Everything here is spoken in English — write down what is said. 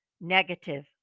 negative